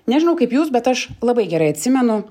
nežinau kaip jūs bet aš labai gerai atsimenu